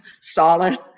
solid